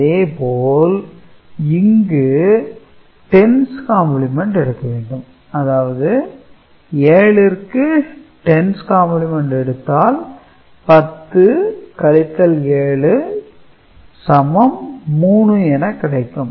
அதேபோல் இங்கு 10's complement எடுக்க வேண்டும் அதாவது 7 ற்கு 10's கம்பிளிமெண்ட் எடுத்தால் 10 - 7 3 என கிடைக்கும்